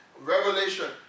Revelation